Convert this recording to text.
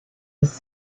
was